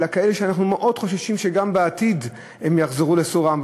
אלא כאלה שאנחנו מאוד חוששים שגם בעתיד הם יחזרו לסורם.